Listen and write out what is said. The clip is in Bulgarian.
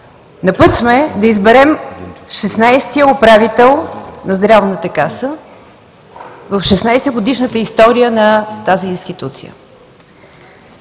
На път сме да изберем шестнадесетия управител на Здравната каса в 16 годишната история на тази институция.